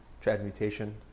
transmutation